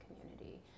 community